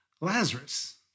Lazarus